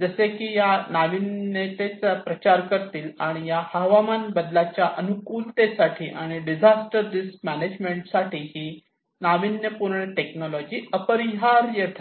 जसे की या नाविन्यातेचा प्रसार करतील आणि या हवामान बदलाच्या अनुकूलतेसाठी आणि डिझास्टर रिस्क मॅनेजमेंट साठी ही नाविन्यपूर्ण टेक्नॉलॉजी अपरिहार्य ठरेल